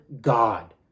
God